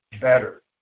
better